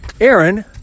Aaron